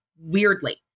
weirdly